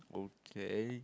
okay